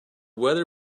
weather